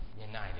united